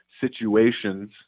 situations